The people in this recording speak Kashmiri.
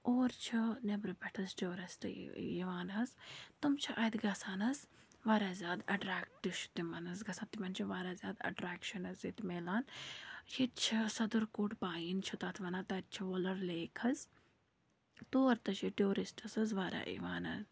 اور چھِ نیٚبرٕ پٮ۪ٹھ حظ ٹیوٗرِسٹ یِوان حظ تِم چھِ اَتہِ گژھان حظ واریاہ زیادٕ اٮ۪ٹریکٹ چھِ تِمَن حظ گژھان تِمَن چھِ واریاہ زیادٕ اَٮ۪ٹریکشَن حظ ییٚتہِ مِلان ییٚتہِ چھِ صدٕر کورٹ پایین چھِ تَتھ وَنان تَتہِ چھِ وُلر لیک حظ تور تہِ چھِ ٹیوٗرِسٹٕس حظ واریاہ یِوان حظ